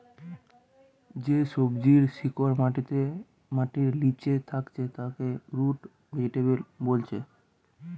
যে সবজির শিকড় মাটির লিচে থাকছে তাকে রুট ভেজিটেবল বোলছে